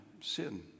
sin